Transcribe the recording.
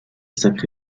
sacré